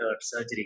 surgery